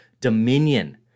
dominion